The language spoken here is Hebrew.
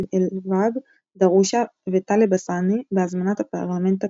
אל-והאב דראושה וטלב א-סאנע בהזמנת הפרלמנט התימני,